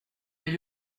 mais